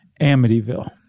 Amityville